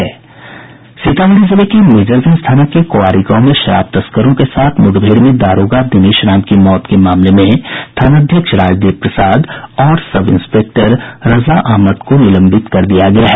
सीतामढ़ी जिले के मेजरगंज थाना के कोआरी गांव में शराब तस्करों के साथ मुठभेड़ में दारोगा दिनेश राम की मौत के मामले में थानाध्यक्ष राज देव प्रसाद और सब इंस्पेक्टर रजा अहमद को निलंबित कर दिया गया है